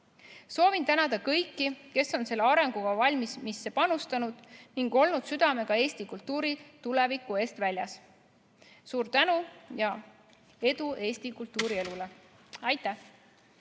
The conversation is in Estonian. Soovin tänada kõiki, kes on selle arengukava valmimisse panustanud ning olnud südamega Eesti kultuuri tuleviku eest väljas. Suur tänu ja edu Eesti kultuurielule! Aitäh!